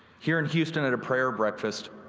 here in houston at a prayer breakfast,